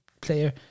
player